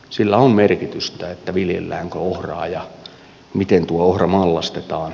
sillä on merkitystä viljelläänkö ohraa ja miten tuo ohra mallastetaan